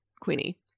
Queenie